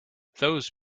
those